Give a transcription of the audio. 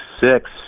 six